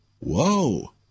Whoa